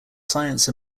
science